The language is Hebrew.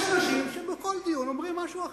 יש אנשים שבכל דיון אומרים משהו אחר,